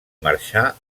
marxà